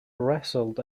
wrestled